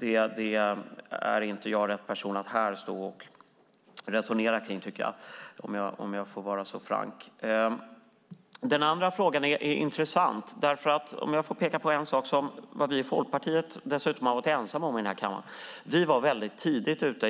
är jag inte rätt person att resonera med - om jag får vara så frank. När det gäller den andra frågan var Folkpartiet ensamt i kammaren och tidigt ute.